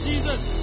Jesus